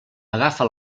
agafa